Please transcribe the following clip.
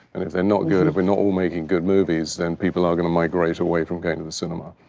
and if they're not good, if we're not all making good movies then people are gonna migrate away from going to the cinema.